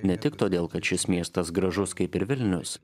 ne tik todėl kad šis miestas gražus kaip ir vilnius